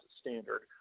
standard